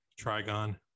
Trigon